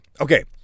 Okay